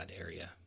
area